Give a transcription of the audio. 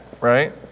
right